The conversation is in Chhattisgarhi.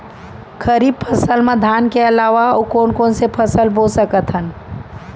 खरीफ फसल मा धान के अलावा अऊ कोन कोन से फसल बो सकत हन?